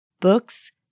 Books